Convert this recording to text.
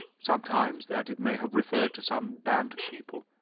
sometimes that it may have referred to some band of people,